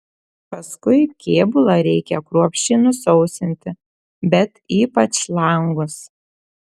paskui kėbulą reikia kruopščiai nusausinti bet ypač langus